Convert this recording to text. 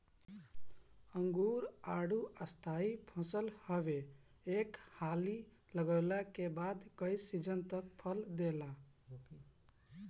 अंगूर, आडू स्थाई फसल हवे एक हाली लगवला के बाद कई सीजन तक फल देला